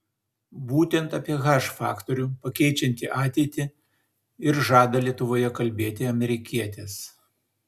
būtent apie h faktorių pakeičiantį ateitį ir žada lietuvoje kalbėti amerikietis